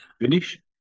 finish